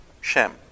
Shem